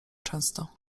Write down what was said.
często